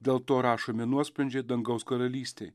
dėl to rašomi nuosprendžiai dangaus karalystei